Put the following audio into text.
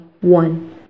one